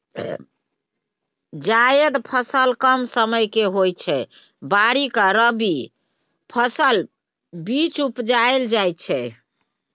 जाएद फसल कम समयक होइ छै खरीफ आ रबी फसलक बीच उपजाएल जाइ छै